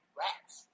rats